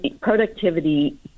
productivity